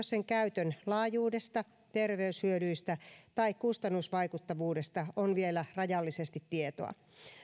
sen käytön laajuudesta terveyshyödyistä tai kustannusvaikuttavuudesta on vielä rajallisesti tietoa